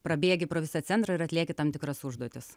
prabėgi pro visą centrą ir atlieki tam tikras užduotis